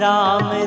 Ram